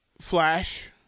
Flash